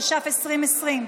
התש"ף 2020,